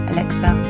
Alexa